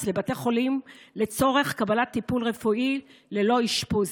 לבתי חולים לצורך קבלת טיפול רפואי ללא אשפוז,